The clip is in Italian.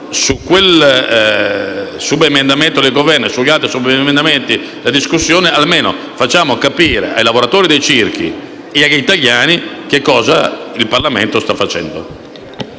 su quel subemendamento del Governo e sugli altri subemendamenti, almeno facciamo capire ai lavoratori dei circhi e agli italiani che cosa sta facendo